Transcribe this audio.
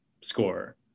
score